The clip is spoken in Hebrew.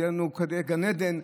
שיהיה לנו גן עדן,